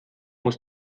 muss